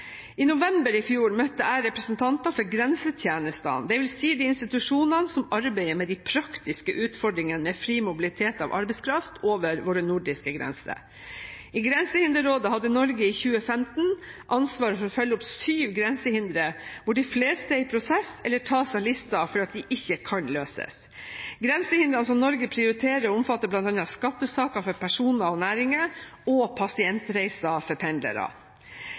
i fjor. I november i fjor møtte jeg representanter for grensetjenestene, dvs. de institusjonene som arbeider med de praktiske utfordringene med fri mobilitet av arbeidskraft over våre nordiske grenser. I Grensehinderrådet hadde Norge i 2015 ansvar for å følge opp syv grensehindre, hvor de fleste er i prosess eller tas av listen fordi de ikke kan løses. Grensehindrene som Norge prioriterer, omfatter bl.a. skattesaker for personer og næringer og pasientreiser for pendlere.